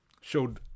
showed